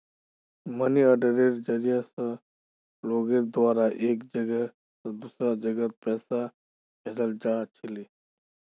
money आर्डरेर जरिया स लोगेर द्वारा एक जगह स दूसरा जगहत पैसा भेजाल जा छिले